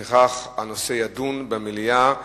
לפיכך, הנושא יידון במליאה.